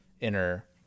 inner